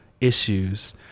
issues